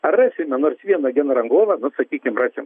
ar rasime nors vieną genrangovą nu sakykim rasim